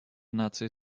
наций